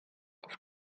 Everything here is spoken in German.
auf